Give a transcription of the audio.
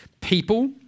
people